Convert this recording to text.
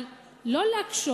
אבל לא להקשות.